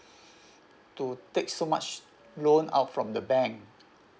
to take so much loan out from the bank